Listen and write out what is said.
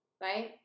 right